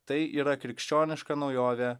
tai yra krikščioniška naujovė